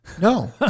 No